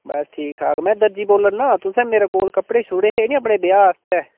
बस ठीक ठाक में दर्जी बोल्ला ना तुसें मेरे कोल कपड़े छुड़े हे नी अपने ब्याह् आस्तै